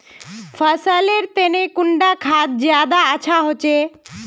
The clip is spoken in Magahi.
फसल लेर तने कुंडा खाद ज्यादा अच्छा होचे?